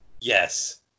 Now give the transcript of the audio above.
Yes